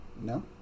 No